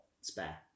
spare